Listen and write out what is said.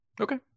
Okay